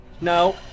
No